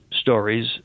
stories